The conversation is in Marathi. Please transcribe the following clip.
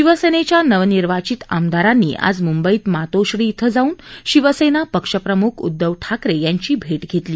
शिवसेनेच्या नवनिर्वाचित आमदारांनी आज म्ंबईत मातोश्री इथं जाऊन शिवसेना पक्षप्रम्ख उदधव ठाकरे यांची भेट घेतली